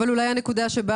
אולי הנקודה שאת